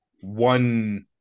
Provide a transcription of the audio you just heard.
one